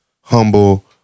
Humble